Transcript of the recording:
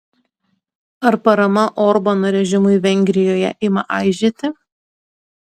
ar parama orbano režimui vengrijoje ima aižėti